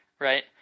Right